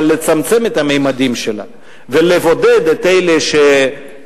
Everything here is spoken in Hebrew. אבל לצמצם את הממדים שלה ולבודד את אלה שעדיין